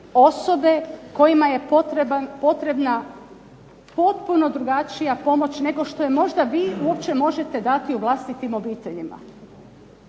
osobe kojima je potrebna potpuno drugačija pomoć nego što je možda vi uopće možete dati u vlastitim obiteljima,